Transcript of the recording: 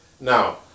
Now